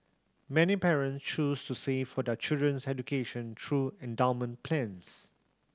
many parents choose to save for their children's education through endowment plans